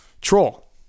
troll